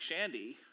Shandy